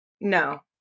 No